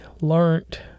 learned